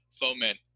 foment